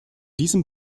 diesem